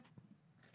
כן.